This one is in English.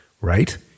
right